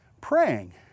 praying